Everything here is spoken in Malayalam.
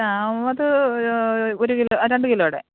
ആ അത് ഒരു കിലോ രണ്ട് കിലോടെ